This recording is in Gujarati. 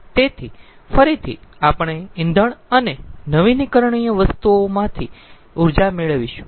તેથી ફરીથી આપણે ઇંધણ અને નવીનીકરણીય વસ્તુઓમાંથી ઊર્જા મેળવીશું